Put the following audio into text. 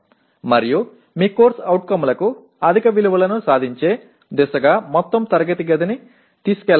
మరియు మీ CO లకు అధిక విలువలను సాధించే దిశగా మొత్తం తరగతిని తీసుకువెళ్ళండి